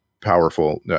powerful